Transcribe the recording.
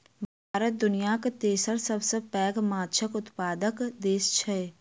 भारत दुनियाक तेसर सबसे पैघ माछक उत्पादक देस छै